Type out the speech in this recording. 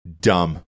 dumb